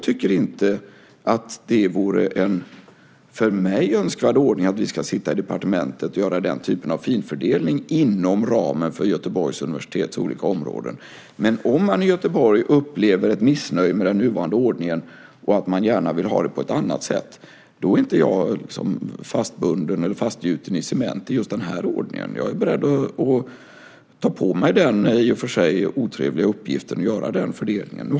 Det är inte en för mig önskvärd ordning att vi ska sitta i departementet och göra den typen av finfördelning inom ramen för Göteborgs universitets olika områden. Men om man i Göteborg upplever ett missnöje med den nuvarande ordningen och att man gärna vill ha det på ett annat sätt, då är jag inte fastbunden eller fastgjuten i cement i just den här ordningen. Jag är beredd att ta på mig den i och för sig otrevliga uppgiften att göra den fördelningen.